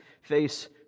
face